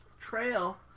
Trail